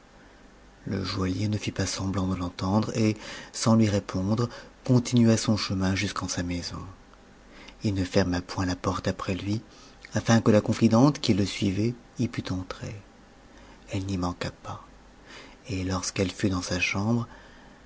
le joaillier ne fit pas semblant de l'entendre et sans lui répondre continua son chemin jusqu'en sa maison h ne ferma point la porte après lui afin que la confidente qui le suivait y pût entrer elle n'y manqua pas et lorsqu'elle fut dans sa chambre